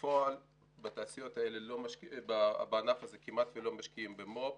בפועל בענף הזה כמעט ולא משקיעים במו"פ.